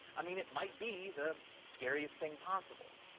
i mean, it might be the scariest thing possible.